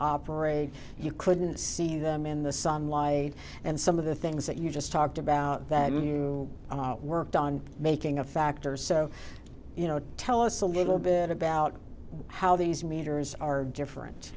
operate and you couldn't see them in the sunlight and some of the things that you just talked about that you worked on making a factor so you know tell us a little bit about how these meters are different